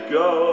go